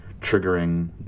triggering